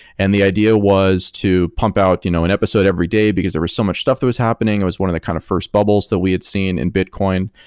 and the idea was to pump out you know an episode every day because there were so much stuff that was happening. it was one of the kind of first bubbles that we had seen in bitcoin.